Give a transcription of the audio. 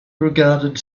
regarded